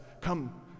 come